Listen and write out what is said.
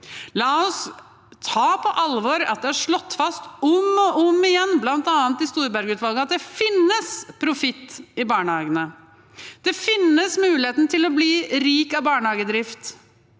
La oss ta på alvor at det er slått fast om og om igjen, bl.a. i Storberget-utvalget, at det finnes profitt i barnehagene. Det finnes mulighet til å bli rik av barnehagedrift.